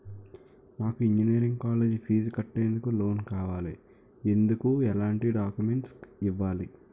నాకు engineering college fees కట్టేందుకు loan కావాలి, ఎందుకు ఎలాంటి డాక్యుమెంట్స్ ఇవ్వాలి?